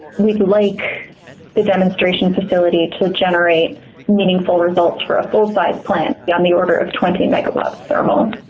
we'd like the demonstration facility to generate meaningful results for a full size plant. yeah on the order of twenty megawatts thermal.